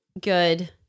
good